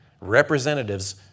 representatives